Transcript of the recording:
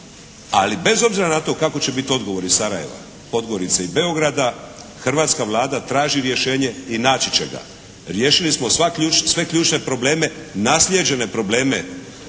Ali bez obzira na to kako će biti odgovor iz Sarajeva, Podgorice i Beograda hrvatska Vlada traži rješenje i naći će ga. Riješili smo sve ključne probleme, naslijeđene probleme